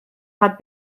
had